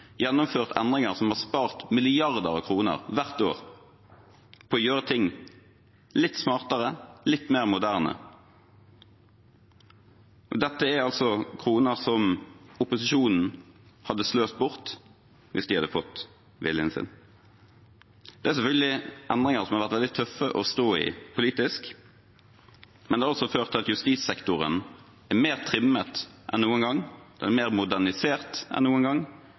gjennomført endringer som har spart milliarder av kroner hvert år på å gjøre ting litt smartere, litt mer moderne. Dette er altså kroner som opposisjonen hadde sløst bort hvis de hadde fått viljen sin. Det er selvfølgelig endringer som har vært veldig tøffe å stå i politisk, men de har ført til at justissektoren er mer trimmet enn noen gang, mer modernisert enn noen gang